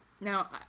Now